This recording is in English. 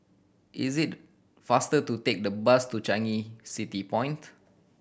is it faster to take the bus to Changi City Point